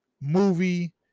movie